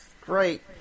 Great